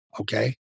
Okay